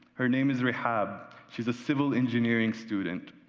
her name is rahab, she is a civil engineering student.